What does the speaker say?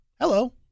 Hello